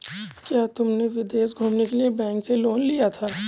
क्या तुमने विदेश घूमने के लिए बैंक से लोन लिया था?